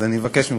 אז אני מבקש ממך,